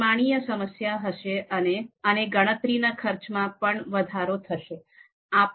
પરિમાણીય ની સમસ્યા હશે અને ગણતરીના ખર્ચમાં પણ વધારો થશે